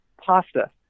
pasta